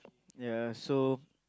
ya so